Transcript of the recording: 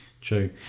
True